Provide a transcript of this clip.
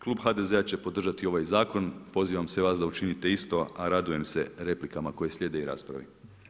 Klub HDZ-a će podržati ovaj zakon, pozivam sve vas da učinite isto a radujem se replikama koje slijede i raspravi.